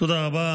תודה רבה.